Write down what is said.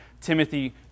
Timothy